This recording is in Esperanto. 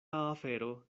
afero